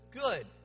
good